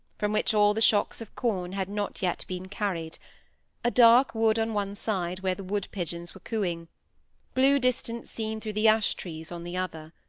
from which all the shocks of corn had not yet been carried a dark wood on one side, where the woodpigeons were cooing blue distance seen through the ash-trees on the other.